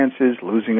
losing